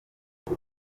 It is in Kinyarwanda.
iyi